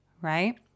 right